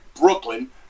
brooklyn